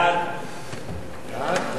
בעד,